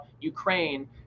Ukraine